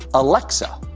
alexa.